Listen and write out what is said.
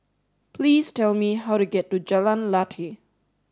please tell me how to get to Jalan Lateh